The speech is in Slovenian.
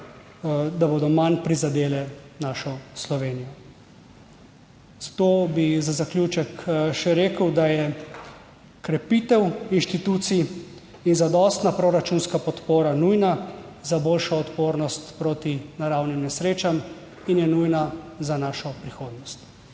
da bodo manj prizadele našo Slovenijo. Zato bi za zaključek še rekel, da je krepitev inštitucij in zadostna proračunska podpora nujna za boljšo odpornost proti naravnim nesrečam in je nujna za našo prihodnost.